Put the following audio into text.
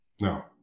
No